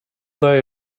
day